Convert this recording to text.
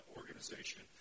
organization